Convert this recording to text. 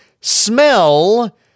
smell